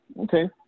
okay